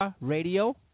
Radio